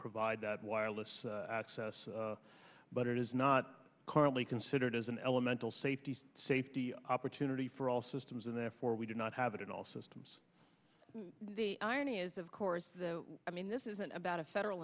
provide that wireless access but it is not currently considered as an elemental safety safety opportunity for all systems and therefore we do not have it in all systems the irony is of course i mean this isn't about a federal